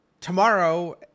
tomorrow